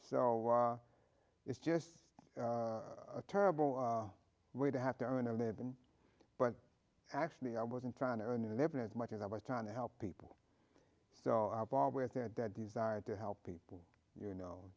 it's just a terrible way to have to earn a living but actually i wasn't trying to earn a living as much as i was trying to help people so i've always had that desire to help people you know